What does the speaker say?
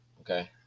Okay